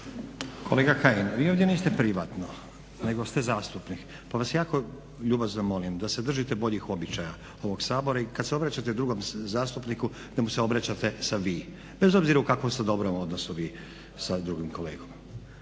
Kolega Kajin, vi ovdje niste privatno nego ste zastupnik pa vas jako ljubazno molim da se držite boljih običaja ovog Sabora i kad se obraćate drugom zastupniku da mu se obraćate sa vi, bez obzira u kakvom ste dobrom odnosu vi sa drugim kolegom.